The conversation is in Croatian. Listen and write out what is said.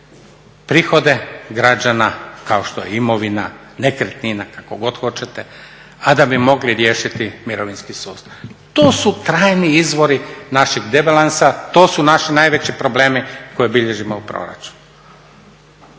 prihode građana kao što je imovina, nekretnina kako god hoćete, a da bi mogli riješiti mirovinski sustav. To su trajni izvori našeg debalansa, to su naši najveći problemi koje bilježimo u proračunu.